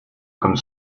comme